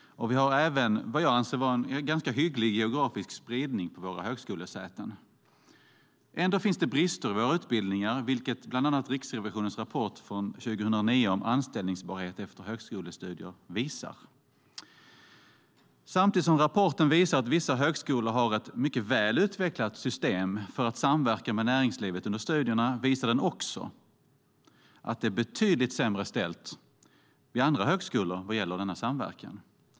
Vi har även vad jag anser vara en ganska hygglig geografisk spridning på våra högskolesäten. Ändå finns det brister i våra utbildningar, vilket bland annat Riksrevisionens rapport från 2009 om anställbarhet efter högskolestudier visar. Samtidigt som rapporten visar att vissa högskolor har ett mycket väl utvecklat system för samverkan med näringslivet under studierna visar den också att det är betydligt sämre ställt vid andra högskolor vad gäller denna samverkan.